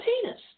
penis